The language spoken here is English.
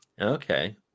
Okay